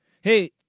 Hey